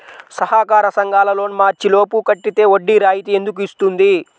సహకార సంఘాల లోన్ మార్చి లోపు కట్టితే వడ్డీ రాయితీ ఎందుకు ఇస్తుంది?